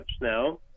now